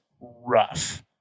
rough